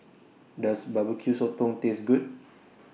Does Barbeque Sotong Taste Good